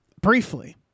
briefly